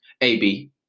AB